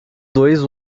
dois